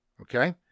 Okay